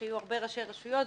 שהיו הרבה ראשי רשויות,